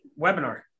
webinar